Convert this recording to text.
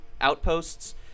outposts